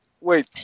wait